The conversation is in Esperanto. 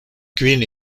kvin